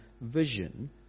vision